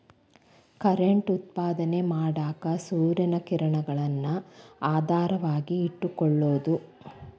current ಉತ್ಪಾದನೆ ಮಾಡಾಕ ಸೂರ್ಯನ ಕಿರಣಗಳನ್ನ ಆಧಾರವಾಗಿ ಇಟಕೊಳುದು